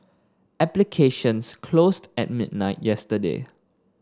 applications closed at midnight yesterday